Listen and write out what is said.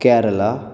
Kerala